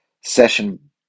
session